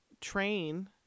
train